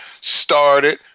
started